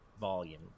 volume